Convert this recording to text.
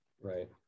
Right